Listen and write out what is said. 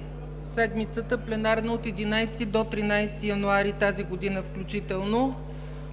пленарната седмица от 11 до 13 януари тази седмица включително.